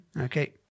Okay